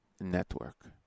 Network